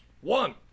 One